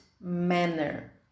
manner